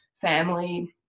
family